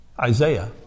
Isaiah